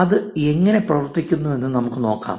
അത് എങ്ങനെ പ്രവർത്തിക്കുന്നുവെന്ന് നമുക്ക് നോക്കാം